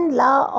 law